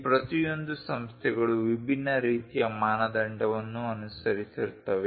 ಈ ಪ್ರತಿಯೊಂದು ಸಂಸ್ಥೆಗಳು ವಿಭಿನ್ನ ರೀತಿಯ ಮಾನದಂಡವನ್ನು ಅನುಸರಿಸುತ್ತವೆ